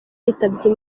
yitabye